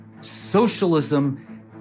Socialism